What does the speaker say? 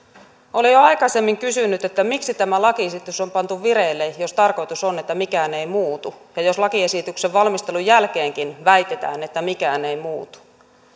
olen jo aikaisemmin kysynyt että miksi tämä lakiesitys on pantu vireille jos tarkoitus on että mikään ei muutu ja ja jos lakiesityksen valmistelun jälkeenkin väitetään että mikään ei muutu